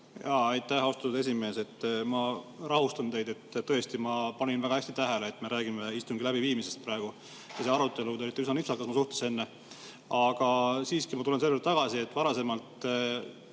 Aitäh, austatud esimees! Ma rahustan teid, ma tõesti panin väga hästi tähele, et me räägime istungi läbiviimisest praegu. Te olite üsna nipsakas mu suhtes enne. Aga siiski ma tulen selle juurde tagasi. Varasemalt,